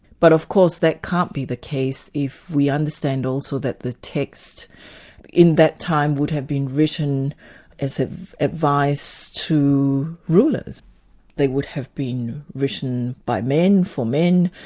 but of course that can't be the case if we understand also that the text in that time would have been written as advice to rulers they would have been written by men, for men,